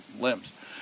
limbs